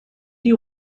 die